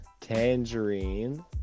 tangerine